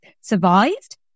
survived